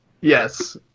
yes